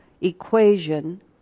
equation